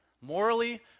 morally